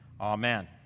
Amen